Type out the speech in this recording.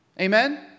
Amen